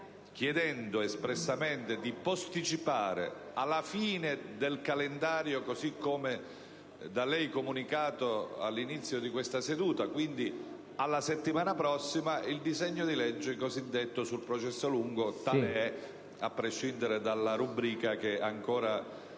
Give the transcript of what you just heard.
chiedendo espressamente di posticipare alla fine del calendario, così come da lei comunicato all'inizio di questa seduta (quindi, alla settimana prossima) l'esame del disegno di legge cosiddetto sul processo lungo (a prescindere dalla rubrica che ancora